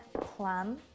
plum